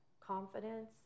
confidence